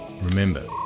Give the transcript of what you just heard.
Remember